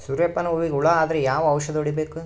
ಸೂರ್ಯ ಪಾನ ಹೂವಿಗೆ ಹುಳ ಆದ್ರ ಯಾವ ಔಷದ ಹೊಡಿಬೇಕು?